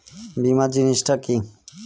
বীমা জিনিস টা কি?